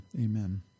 Amen